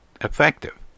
effective